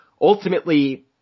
Ultimately